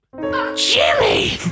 Jimmy